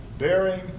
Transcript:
Bearing